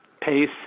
PACE